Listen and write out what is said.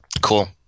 Cool